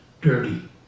dirty